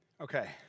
Okay